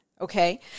okay